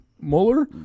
Mueller